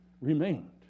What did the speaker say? remained